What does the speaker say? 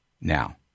Now